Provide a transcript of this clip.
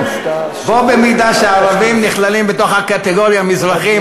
בה במידה שהערבים נכללים בתוך הקטגוריה "מזרחיים",